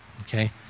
okay